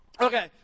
Okay